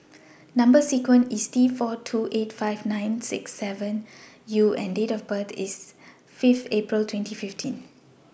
Number sequence IS T four two eight five six nine seven U and Date of birth IS Fifth April twenty fifteen